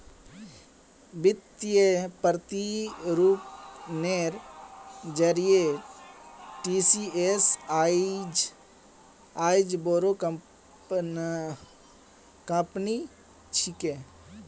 वित्तीय प्रतिरूपनेर जरिए टीसीएस आईज बोरो कंपनी छिके